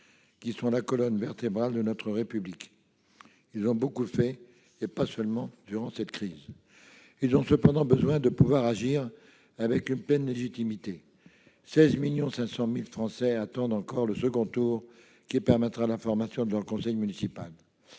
qui sont la colonne vertébrale de notre République. Ils ont beaucoup fait, et pas seulement durant cette crise. Néanmoins, ils doivent pouvoir agir avec une pleine légitimité. Au total, quelque 16,5 millions de Français attendent encore le second tour qui permettra la formation de leur conseil municipal.